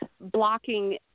blocking